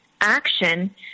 action